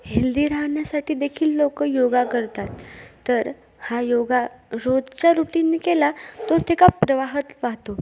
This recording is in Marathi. हेल्दी राहण्यासाठी देखील लोक योगा करतात तर हा योगा रोजच्या रूटीनने केला तर ते एका प्रवाहात वाहतो